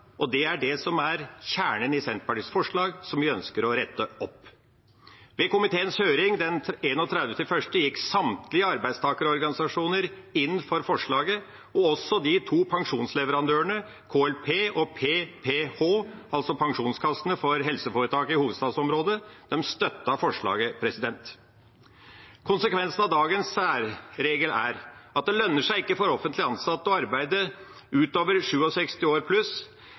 og det er det som er kjernen i Senterpartiets forslag, og som vi ønsker å rette opp i. Ved komiteens høring 31. januar 2019 gikk samtlige arbeidstakerorganisasjoner inn for forslaget, også de to pensjonsleverandørene KLP og PKH, altså Pensjonskassen for helseforetakene i hovedstadsområdet. De støttet forslaget. Konsekvensen av dagens særregel er at det ikke lønner seg for offentlig ansatte å arbeide utover 67 år.